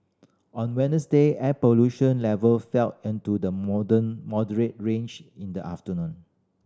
on Wednesday air pollution level fell into the modern moderate range in the afternoon